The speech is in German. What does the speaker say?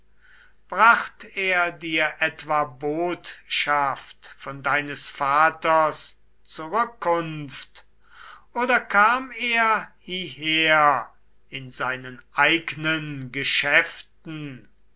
bracht er dir etwa botschaft von deines vaters zurückkunft oder kam er hieher in seinen eignen geschäften